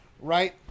right